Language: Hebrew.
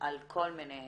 על כל מיני היבטים,